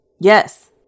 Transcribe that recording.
Yes